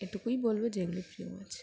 এটকুই বলবে যেগুলো প্র্রিয়ও মাছ